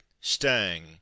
stang